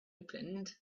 opened